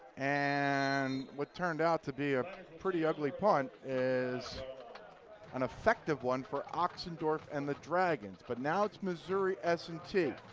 and what turned out to be a pretty ugly punt is an effective one for ochsendorf and the dragons. but now it's missouri s and t.